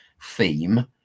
theme